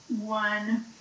one